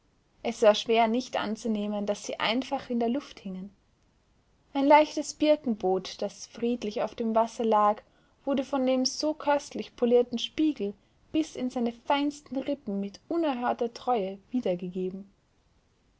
es war schwer nicht anzunehmen daß sie einfach in der luft hingen ein leichtes birkenboot das friedlich auf dem wasser lag wurde von dem so köstlich polierten spiegel bis in seine feinsten rippen mit unerhörter treue wiedergegeben